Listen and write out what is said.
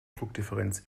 druckdifferenz